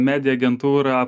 media agentūrą